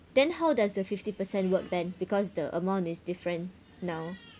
then how does the fifty percent work then because the amount is different now